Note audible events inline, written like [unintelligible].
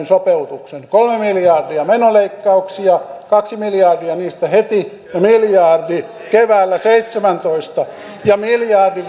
[unintelligible] sopeutuksen kolme miljardia menoleikkauksia kaksi miljardia niistä heti miljardi keväällä seitsemäntoista ja miljardin [unintelligible]